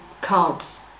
cards